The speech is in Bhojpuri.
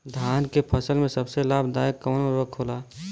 धान के फसल में सबसे लाभ दायक कवन उर्वरक होला?